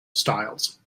styles